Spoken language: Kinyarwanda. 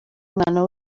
umwana